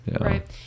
right